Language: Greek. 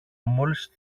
μόλις